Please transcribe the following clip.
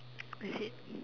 I sit